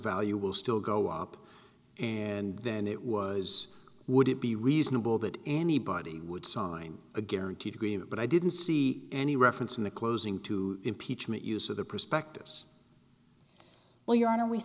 value will still go up and then it was would it be reasonable that anybody would sign a guaranteed agreement but i didn't see any reference in the closing to impeachment use of the prospectus well your honor we